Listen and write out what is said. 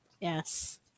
Yes